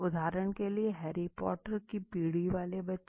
उदहारण के लिए हैरी पॉटर की पीढ़ी वाले बच्चे